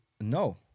no